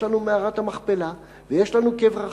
יש לנו מערת המכפלה, ויש לנו קבר רחל.